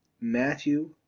Matthew